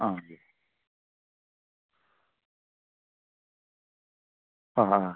ആ ഓക്കെ ആ ആ